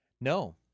No